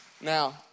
Now